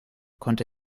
konnte